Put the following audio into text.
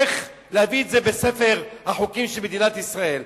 איך להביא את זה בספר החוקים של מדינת ישראל,